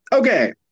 Okay